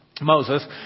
Moses